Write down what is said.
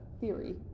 theory